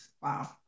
Wow